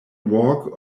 walk